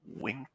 Wink